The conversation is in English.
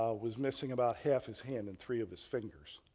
ah was missing about half his hand and three of his fingers.